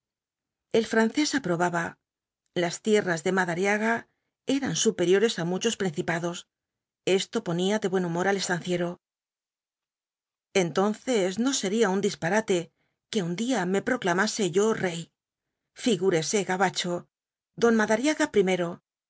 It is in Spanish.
el francés aprobaba las tierras de madariaga eran superiores á muchos principados esto ponía de buen humor al estanciero entonces no sería un disparate que un día me proclamase yo rey figúrese gabacho don madariaga pwmero